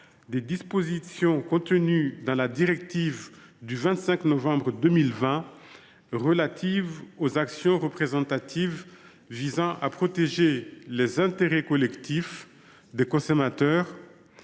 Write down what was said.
les dispositions figurant dans la directive du 25 novembre 2020 relative aux actions représentatives, qui visent à protéger les intérêts collectifs des consommateurs